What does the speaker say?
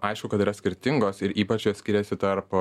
aišku kad yra skirtingos ir ypač jos skiriasi tarp